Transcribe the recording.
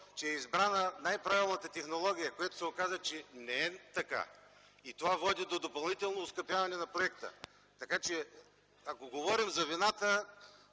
че е избрана най-правилната технология, което се оказа, че не е така. И това води до допълнително оскъпяване на проекта. Така че, ако говорим за вината,